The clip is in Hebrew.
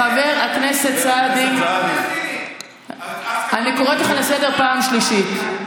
חבר הכנסת סעדי, אני קוראת אותך לסדר פעם השנייה.